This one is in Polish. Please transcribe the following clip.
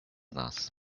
nas